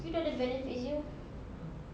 you dah ada benefits you